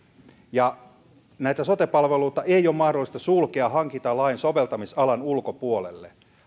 näitä sote palveluita ei ole mahdollista sulkea hankintalain soveltamisalan ulkopuolelle